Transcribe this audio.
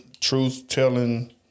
truth-telling